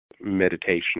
meditation